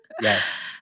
Yes